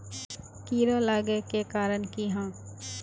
कीड़ा लागे के कारण की हाँ?